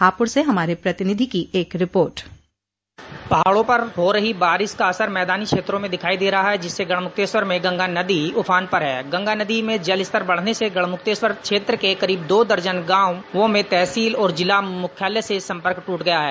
हापुड़ से हमारे प्रतिनिधि की एक रिपोर्ट पहाड़ों पर हो रही बारिश का असर मैदानी क्षेत्र में दिखाई दे रहा है जिससे गढ़मुक्तेश्वर में गंगा नदी उफान पर है गंगा नदी में जल बढ़ने से गढ़मुक्तेश्वर क्षेत्र के करीब दो दर्जन गांवों में तहसील और जिला मुख्यालय से संपर्क दूट गया है